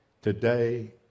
Today